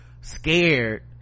scared